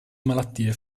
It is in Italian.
malattie